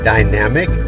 Dynamic